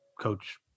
coach